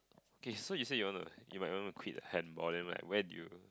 K so you say you wanna you might wanna quit handball then like when do you